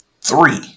three